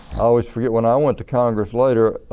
always forget when i went to congress later,